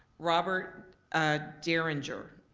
robert ah derringer.